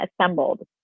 assembled